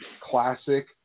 classic